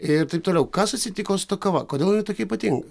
ir taip toliau kas atsitiko su ta kava kodėl jinai tokia ypatinga